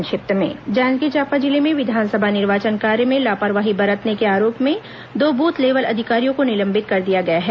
संक्षिप्त समाचार जांजगीर चांपा जिले में विधानसभा निर्वाचन कार्य में लापरवाही बरतने के आरोप में दो बूथ लेवल अधिकारियों को निलंबित कर दिया गया है